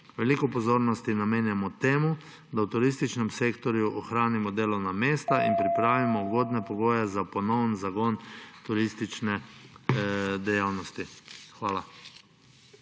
Veliko pozornosti namenjamo temu, da v turističnem sektorju ohranimo delovna mesta in pripravimo ugodne pogoje za ponoven zagon turistične dejavnosti. Hvala.